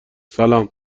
سلام